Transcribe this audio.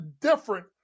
different